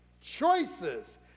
choices